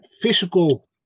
physical